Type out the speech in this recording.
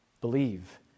believe